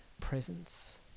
presence